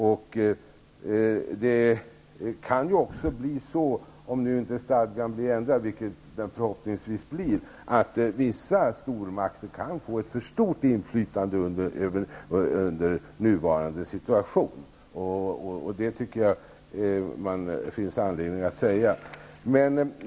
Om stadgan inte blir ändrad -- vilket den förhoppningsvis blir -- kan vissa stormakter få ett för stort inflytande i nuvarande situation. Det tycker jag att det finns anledning att säga.